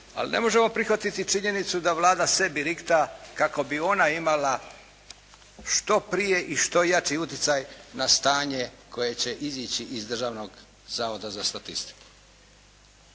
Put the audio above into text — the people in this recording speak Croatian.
ali ne možemo prihvatiti činjenicu da Vlada sebi rikta kako bi ona imala što prije i što jači utjecaj na stanje koje će izići iz Državnog zavoda za statistiku.